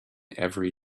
every